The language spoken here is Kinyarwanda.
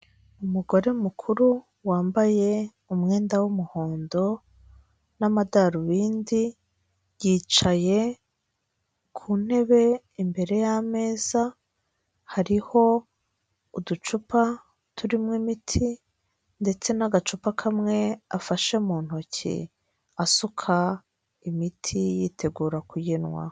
Umugore mukuru wambaye umwenda w'umuhondo n'amadarubindi yicaye ku ntebe imbere yameza hariho uducupa turimo imiti ndetse n'agacupa kamwe afashe mu ntoki asuka imiti yitegura kugenwa.